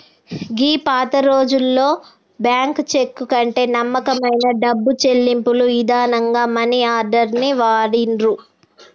గీ పాతరోజుల్లో bank cheque కంటే నమ్మకమైన డబ్బు చెల్లింపుల ఇదానంగా మనీ ఆర్డర్ ని వాడిర్రు